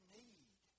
need